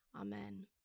Amen